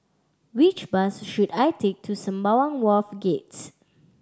which bus should I take to Sembawang Wharves Gates